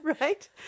right